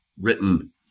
written